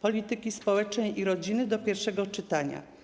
Polityki Społecznej i Rodziny do pierwszego czytania.